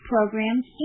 programs